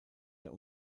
der